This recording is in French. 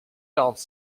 quarante